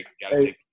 Hey